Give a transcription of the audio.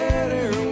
better